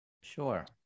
Sure